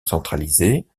centralisée